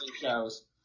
shows